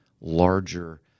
larger